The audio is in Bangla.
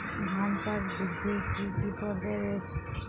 ধান চাষ বৃদ্ধির কী কী পর্যায় রয়েছে?